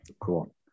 cool